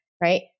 right